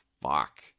fuck